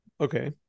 Okay